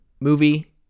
movie